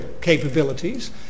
capabilities